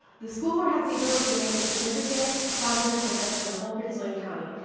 the school board has the ability to make a significant positive difference for the whole prince william county,